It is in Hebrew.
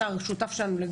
השר הוא לגמרי שותף לגמרי,